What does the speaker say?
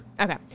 Okay